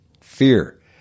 fear